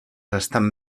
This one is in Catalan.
estan